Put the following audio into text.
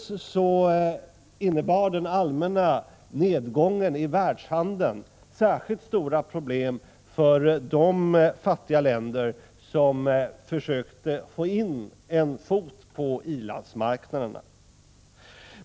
Dels innebar den allmänna nedgången i världshandeln särskilt stora problem för de fattiga länder som försökte få in en fot på i-landsmarknaderna.